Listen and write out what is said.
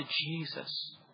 Jesus